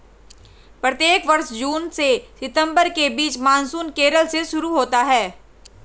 प्रत्येक वर्ष जून से सितंबर के बीच मानसून केरल से शुरू होता है